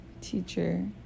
Teacher